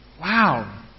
Wow